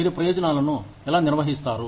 మీరు ప్రయోజనాలను ఎలా నిర్వహిస్తారు